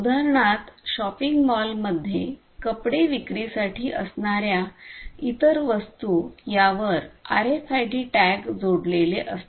उदाहरणार्थ शॉपिंग मॉलमध्ये कपडे विक्री साठी असणाऱ्या इतर वस्तू यावर आरएफआयडी टॅग जोडलेले असतात